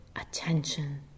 attention